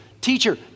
teacher